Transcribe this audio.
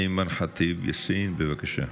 אימאן ח'טיב יאסין, בבקשה.